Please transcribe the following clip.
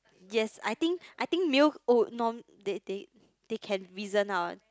yes I think I think male oh they they they can reason out